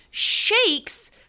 shakes